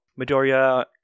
Midoriya